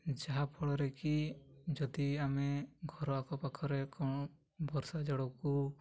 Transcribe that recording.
ଯାହାଫଳରେ କି ଯଦି ଆମେ ଘର ଆଖ ପାଖରେ କ'ଣ ବର୍ଷା ଜଳକୁ